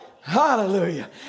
Hallelujah